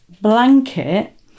blanket